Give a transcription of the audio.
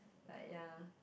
like ya